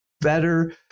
better